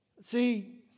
See